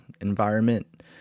environment